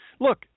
Look